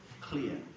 clear